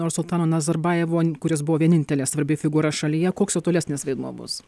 nursultano nazarbajevo kuris buvo vienintelė svarbi figūra šalyje koks jo tolesnis vaidmuo bus